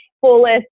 fullest